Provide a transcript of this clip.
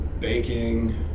baking